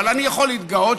אבל אני יכול להתגאות,